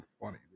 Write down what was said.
funny